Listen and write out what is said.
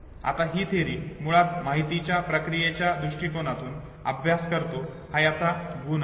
आता ही थिअरी मुळात माहितीच्या प्रक्रियेच्या दृष्टीकोनातून अभ्यास करतो हाच याचा हेतु आहे